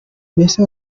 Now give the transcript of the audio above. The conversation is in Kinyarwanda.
mbese